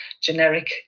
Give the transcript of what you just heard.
generic